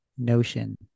notion